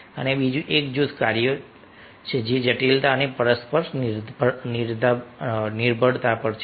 અને બીજું એક જૂથ કાર્યો છે જે જટિલતા અને પરસ્પર નિર્ભરતા છે